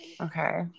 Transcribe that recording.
Okay